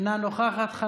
אינה נוכחת.